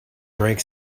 drank